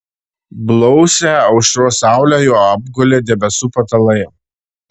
blausią aušros saulę jau apgulė debesų patalai